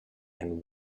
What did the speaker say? and